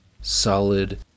Solid